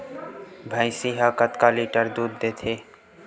भंइसी हा कतका लीटर दूध देथे?